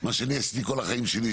מה שאני עשיתי כל החיים שלי,